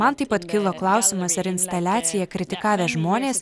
man taip pat kilo klausimas ar instaliaciją kritikavę žmonės